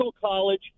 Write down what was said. college